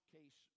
Case